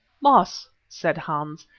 baas, said hans,